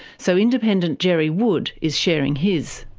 so independent gerry wood is sharing his.